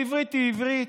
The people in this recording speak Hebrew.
העברית היא עברית.